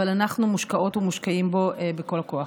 אבל אנחנו מושקעות ומושקעים בו בכל הכוח.